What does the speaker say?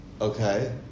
Okay